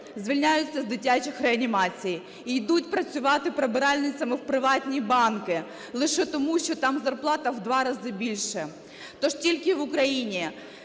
звільняються з дитячих реанімацій і йдуть працювати прибиральницями в приватні банки лише тому, що там зарплата в 2 рази більше. То ж тільки в Україні